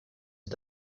sie